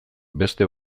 beste